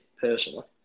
personally